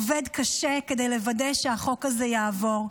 עובד קשה כדי לוודא שהחוק הזה יעבור.